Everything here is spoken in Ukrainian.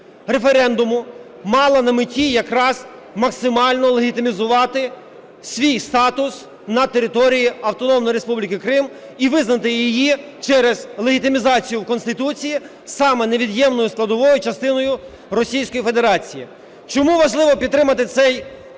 референдуму мала на меті якраз максимально легітимізувати свій статус на території Автономної Республіки Крим і визнати її через легітимізацію в Конституції саме невід'ємною складовою частиною Російської Федерації. Чому важливо підтримати цей